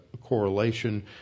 correlation